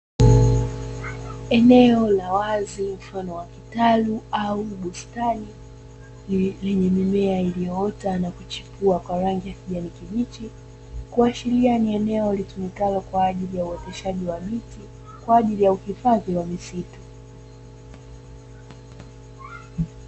Eneo la wazi mfano wa kitalu au bustani lenye mimea iliyoota na kuchipua kwa rangi ya kijani kibichi, kuashiria ni eneo litumikalo kwaajili ya uoteshaji wa miti kwaajili ya uhifadhi wa misitu.